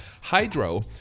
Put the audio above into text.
Hydro